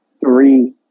three